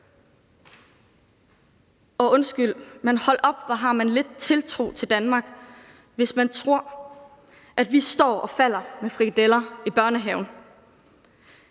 Undskyld, men hold da op, hvor har man lidt tiltro til Danmark, hvis man tror, at vi står og falder med frikadeller i børnehaven.